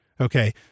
Okay